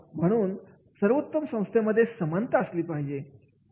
म्हणून सर्वोत्तम संस्थेमध्ये समानता असली पाहिजे